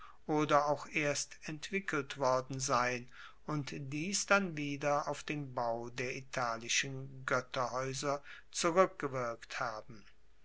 oder auch erst entwickelt worden sein und dies dann wieder auf den bau der italischen goetterhaeuser zurueckgewirkt haben